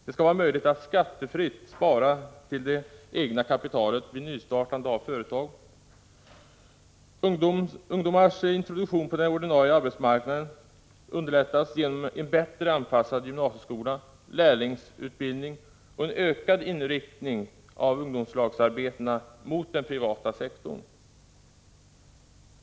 Det skall vara möjligt att skattefritt spara till det egna kapitalet vid nystartande av företag. Ungdomens introduktion på den ordinarie arbetsmarknaden bör underlättas genom en bättre anpassad gymnasieskola, lärlingsutbildning och en ökad inriktning av ungdomslagsarbetena mot den privata sektorn.